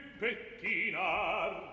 pettinar